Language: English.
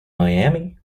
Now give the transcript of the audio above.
miami